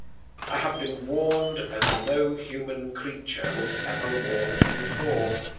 i have been warned as no human creature was ever warned before.